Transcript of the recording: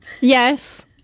Yes